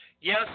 yes